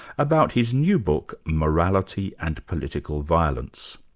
about his new book immorality and political violence.